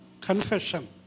confession